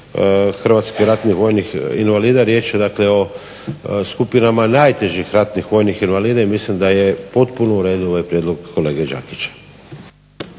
hrvatskih ratnih vojnih invalida, riječ je dakle o skupinama najtežih ratnih vojnih invalida. I mislim da je potpuno u redu ovaj prijedlog kolege Đakića.